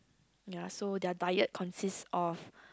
ya so they are diet consists of